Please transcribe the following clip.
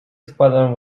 składam